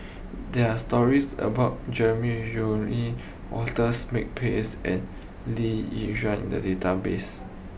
there are stories about Jeremy Walters Makepeace and Lee Yi Shyan in the database